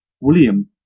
William